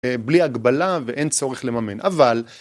בלי הגבלה ואין צורך לממן, אבל...